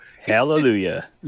Hallelujah